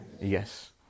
Yes